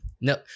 No